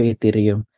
Ethereum